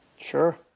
Sure